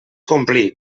complir